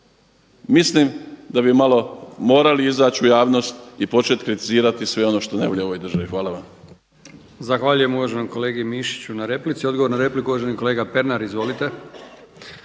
Mislim da bi malo morali izaći u javnost i početi kritizirati sve ono što ne valja u ovoj državi. Hvala vam.